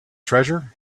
treasure